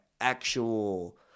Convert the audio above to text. actual